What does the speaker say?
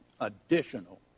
Additional